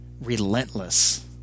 relentless